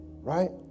right